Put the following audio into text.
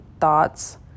thoughts